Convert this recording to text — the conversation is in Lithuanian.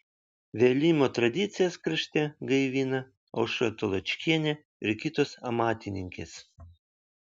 vėlimo tradicijas krašte gaivina aušra taločkienė ir kitos amatininkės